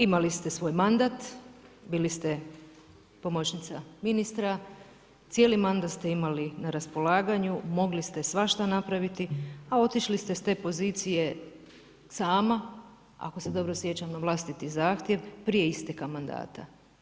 Imali ste svoj mandat, bili ste pomoćnica ministra, cijeli mandat ste imali na raspolaganju, mogli ste svašta napraviti a otišli ste s te pozicije sama, ako se dobro sjećam na vlastiti zahtjev prije isteka mandata.